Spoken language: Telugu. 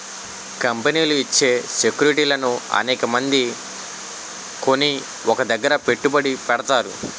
కంపెనీలు ఇచ్చే సెక్యూరిటీలను అనేకమంది కొని ఒక దగ్గర పెట్టుబడి పెడతారు